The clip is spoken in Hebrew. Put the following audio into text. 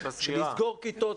של לסגור כיתות,